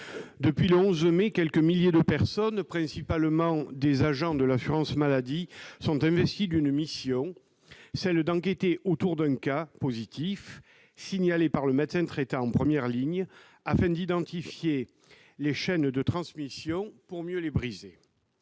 Depuis le 11 mai, quelques milliers de personnes, principalement des agents de l'assurance maladie, sont investies d'une mission : celle d'enquêter, autour d'un cas positif signalé par le médecin traitant en première ligne, afin d'identifier les chaînes de transmission pour mieux les briser.